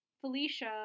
Felicia